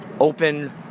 Open